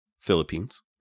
Philippines